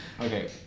Okay